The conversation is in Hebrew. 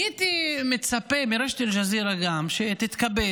הייתי גם מצפה מרשת אל-ג'זירה שתתכבד